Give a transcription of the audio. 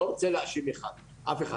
אני לא רוצה להאשים בכלל אף אחד,